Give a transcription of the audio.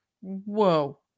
whoa